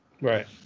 Right